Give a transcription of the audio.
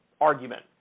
argument